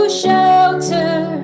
shelter